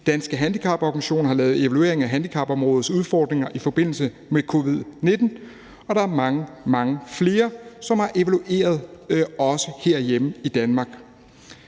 Danske Handicaporganisationer har lavet en evaluering af handicapområdets udfordringer i forbindelse med covid-19. Derudover er der mange, mange flere, som også har evalueret herhjemme i Danmark.